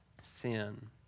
sin